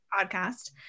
podcast